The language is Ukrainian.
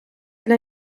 для